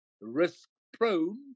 risk-prone